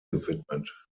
gewidmet